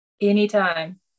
Anytime